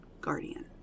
Guardian